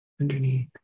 underneath